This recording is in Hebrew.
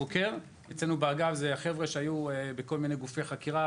אצלנו באגף זה חבר'ה שהיו בכל מיני גופי חקירות,